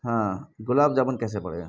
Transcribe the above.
ہاں گلاب جامن کیسے پڑے گا